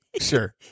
sure